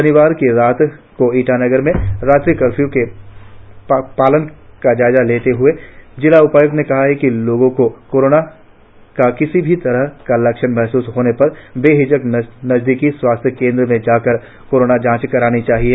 शनिवार की रात को ईटानगर में रात्रि कर्फ्यू के पालन का जायजा लेते हए जिला उपाय्क्त ने कहा कि लोगों को कोरोना का किसी भी तरह का लक्षण महसूस होने पर बेझिझक नजदीकी स्वास्थ्य केंद्र में जांच करानी चाहिए